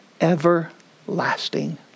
everlasting